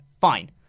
fine